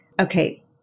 Okay